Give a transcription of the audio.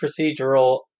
procedural